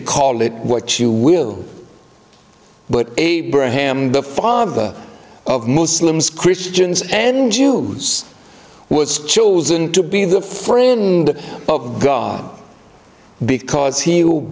call it what you will but a brit ham the father of muslims christians and jews was chosen to be the friend of god because he